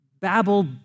babble